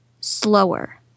slower